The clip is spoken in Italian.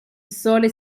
sole